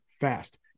fast